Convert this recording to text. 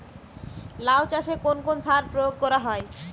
লাউ চাষে কোন কোন সার প্রয়োগ করা হয়?